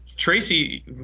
Tracy